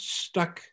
stuck